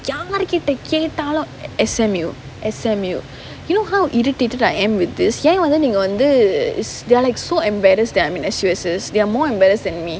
ya யாருகிட்ட கேட்டாலும்:yaarukitta kettaalum S_M_U S_M_U you know how irritated I am with this ஏன் வந்து நீங்க வந்து:yaen vanthu neenga vanthu they're like so embarassed that I'm in S_U_S_S they're more embarassed than me